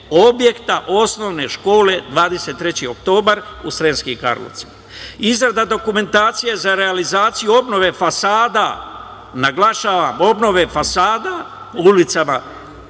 objekta Osnovne škole „23. Oktobar“ u Sremskim Karlovcima, izrada dokumentacije za realizaciju obnove fasada, naglašavam, obnove fasada, u ulicama